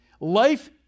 Life